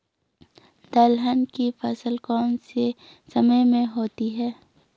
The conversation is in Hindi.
दलहन की फसल कौन से समय में होती है?